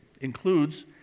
includes